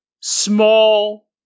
small